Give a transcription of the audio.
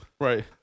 Right